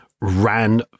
ran